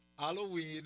Halloween